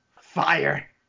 fire